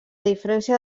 diferència